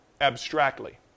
abstractly